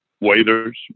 waiters